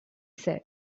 said